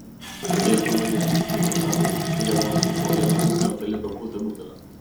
jėzau marija atsiduso kapralas regėdamas kaip po vieno gurkšnio teliko pusė butelio